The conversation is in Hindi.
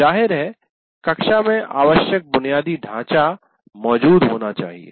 जाहिर है कक्षा में आवश्यक बुनियादी ढांचा मौजूद होना चाहिए